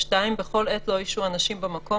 (2) בכל עת לא ישהו אנשים במקום,